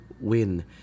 win